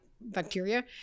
bacteria